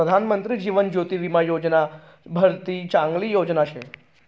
प्रधानमंत्री जीवन ज्योती विमा योजना भलती चांगली योजना शे